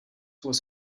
was